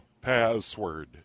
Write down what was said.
password